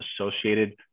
associated